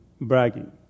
bragging